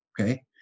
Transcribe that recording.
Okay